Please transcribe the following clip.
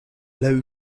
low